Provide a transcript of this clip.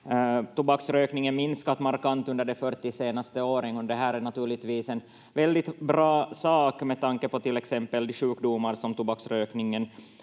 tobaksrökningen minskat markant under de 40 senaste åren, och det här är naturligtvis en väldigt bra sak med tanke på till exempel de sjukdomar som tobaksrökningen